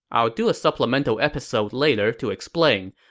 i'll do a supplemental episode later to explain,